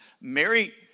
Mary